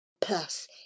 Plus